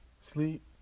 sleep